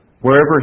Wherever